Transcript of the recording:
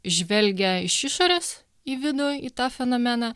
žvelgia iš išorės į vidų į tą fenomeną